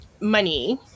money